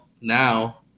now